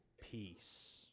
peace